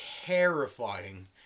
terrifying